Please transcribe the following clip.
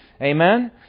Amen